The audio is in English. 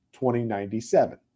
2097